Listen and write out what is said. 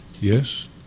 Yes